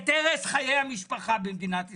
את הרס חיי המשפחה במדינת ישראל.